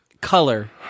color